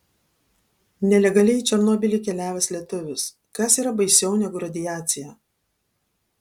nelegaliai į černobylį keliavęs lietuvis kas yra baisiau negu radiacija